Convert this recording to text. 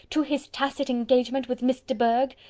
to his tacit engagement with miss de bourgh?